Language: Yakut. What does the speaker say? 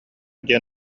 диэн